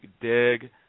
dig